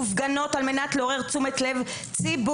מופגנות על מנת לעורר תשומת לב ציבורית,